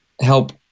help